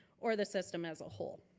or the system as a whole.